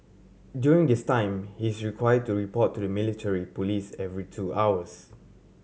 during this time he is required to report to the military police every two hours